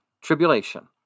tribulation